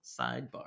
sidebar